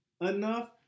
enough